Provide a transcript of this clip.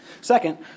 Second